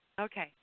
Okay